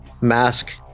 mask